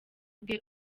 bwe